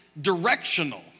Directional